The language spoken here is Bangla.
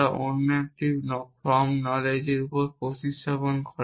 যা অন্য একটি ফর্ম নলেজ উপস্থাপনা করে